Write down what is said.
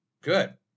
good